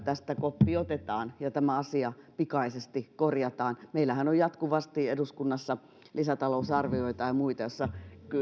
tästä koppi otetaan ja tämä asia pikaisesti korjataan meillähän on jatkuvasti eduskunnassa lisätalousarvioita ja muita joissa